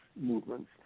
movements